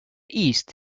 east